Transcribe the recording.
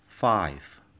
Five